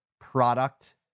product